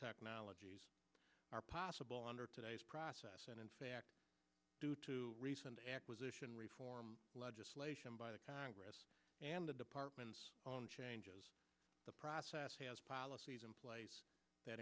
technologies are possible under today's process and in fact due to recent acquisition reform legislation by the congress and the department's own changes the process has policies in place that